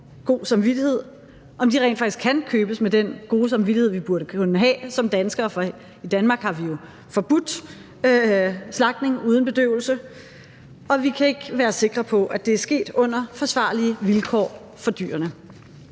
god samvittighed, rent faktisk kan købes med den gode samvittighed, vi burde kunne have som danskere, fordi vi jo i Danmark har forbudt slagtning uden bedøvelse. Og vi kan ikke være sikre på, at det er sket under forsvarlige vilkår for dyrene.